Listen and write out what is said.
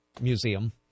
museum